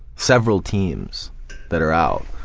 several teams that are out.